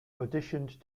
auditioned